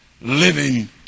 living